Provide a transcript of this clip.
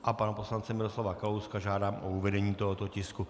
A pana poslance Miroslava Kalouska žádám o uvedení tohoto tisku.